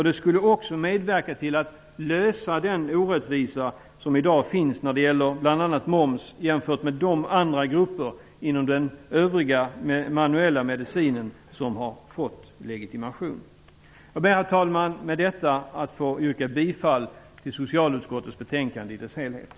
Det skulle också medverka till att undanröja den orättvisa som i dag finns när det gäller t.ex. moms jämfört med vad som gäller för andra grupper inom den övriga manuella medicinen som har fått legitimation. Herr talman! Med det anförda vill jag yrka bifall till hemställan i dess helhet i socialutskottets betänkande.